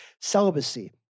celibacy